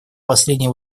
последнее